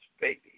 baby